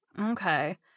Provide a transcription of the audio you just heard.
okay